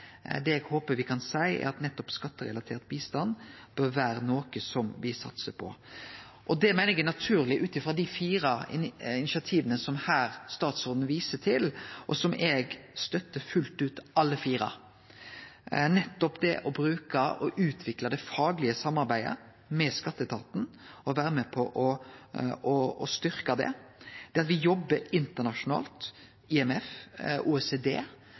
Det eg håper me kan seie, er at nettopp skatterelatert bistand bør vere noko som me satsar på. Det meiner eg er naturleg ut frå dei fire initiativa som statsråden viser til her, og som eg støttar fullt ut – alle fire. Nettopp det å bruke og utvikle det faglege samarbeidet med skatteetaten og vere med på styrkje det, det at me jobbar internasjonalt